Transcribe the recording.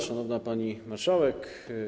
Szanowna Pani Marszałek!